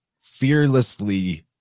Fearlessly